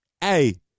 hey